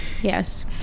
Yes